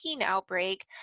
outbreak